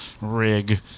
rig